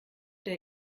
der